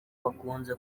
bakunze